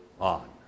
on